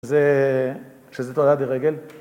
‫שזה תולדה דרגל.